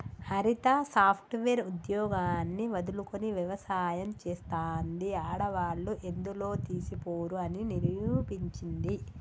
హరిత software ఉద్యోగాన్ని వదులుకొని వ్యవసాయం చెస్తాంది, ఆడవాళ్లు ఎందులో తీసిపోరు అని నిరూపించింది